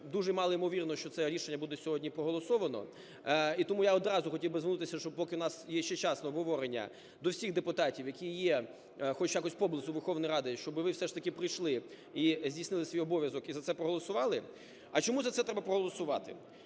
дуже малоймовірно, що це рішення буде сьогодні проголосоване. І тому я одразу хотів би звернутися, щоб поки в нас є ще час на обговорення, до всіх депутатів, які є хоч якось поблизу Верховної Ради, щоби ви все ж таки прийшли і здійснили свій обов'язок, і за це проголосували. А чому за це треба проголосувати?